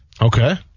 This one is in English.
Okay